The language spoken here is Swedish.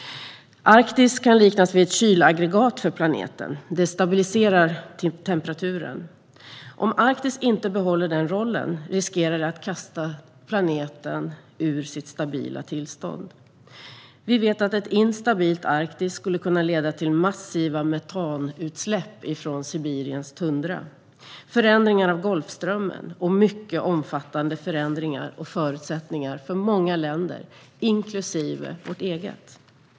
Arktis kan liknas vid ett kylaggregat för planeten som stabiliserar temperaturen. Om Arktis inte behåller denna roll riskerar det att kasta planeten ur sitt stabila tillstånd. Vi vet att ett instabilt Arktis skulle kunna leda till massiva metanutsläpp från Sibiriens tundra, förändringar av Golfströmmen och mycket omfattande förändringar av förutsättningarna för många länder, inklusive vårt eget.